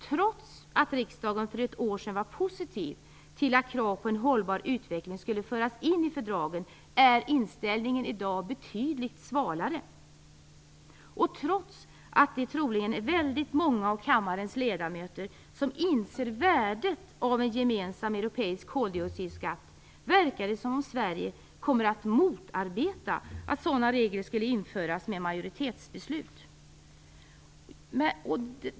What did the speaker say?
Trots att riksdagen för ett år sedan var positiv till att krav på en hållbar utveckling skulle föras in i fördragen är inställningen i dag betydligt svalare. Trots att det troligen är väldigt många av kammarens ledamöter som inser värdet av en gemensam europeisk koldioxidskatt verkar det som om Sverige kommer att motarbeta att sådana regler skall införas med majoritetsbeslut.